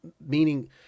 meaning